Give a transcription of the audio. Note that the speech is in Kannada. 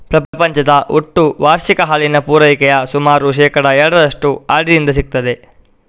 ಪ್ರಪಂಚದ ಒಟ್ಟು ವಾರ್ಷಿಕ ಹಾಲಿನ ಪೂರೈಕೆಯ ಸುಮಾರು ಶೇಕಡಾ ಎರಡರಷ್ಟು ಆಡಿನಿಂದ ಸಿಗ್ತದೆ